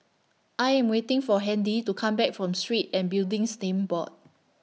I Am waiting For Handy to Come Back from Street and Buildings Names Board